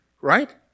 right